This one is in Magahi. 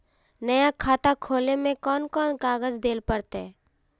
नया खाता खोले में कौन कौन कागज देल पड़ते?